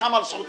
ווקנין צדק בכל